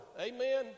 Amen